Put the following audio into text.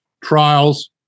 trials